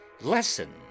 LESSON